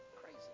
crazy